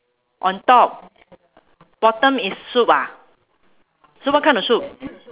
on top bottom is soup ah so what kind of soup